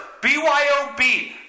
BYOB